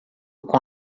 com